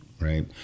right